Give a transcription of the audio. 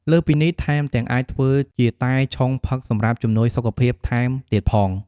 លើសពីនេះ ថែមទាំងអាចធ្វើជាតែឆុងផឹកសម្រាប់ជំនួយសុខភាពថែមទៀតផង។